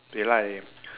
they like leh